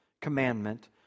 commandment